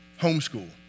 homeschool